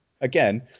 again